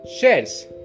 shares